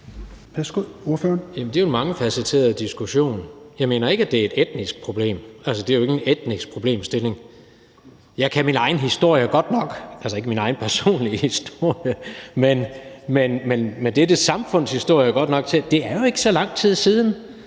Jens Rohde (KD): Det er jo en mangefacetteret diskussion. Jeg mener ikke, at det er et etnisk problem. Altså, det er jo ikke en etnisk problemstilling. Jeg kan min egen historie, altså ikke min egen personlige historie, men dette samfunds historie, godt nok til at vide, at det jo ikke er så lang tid siden,